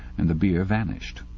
and the beer vanished.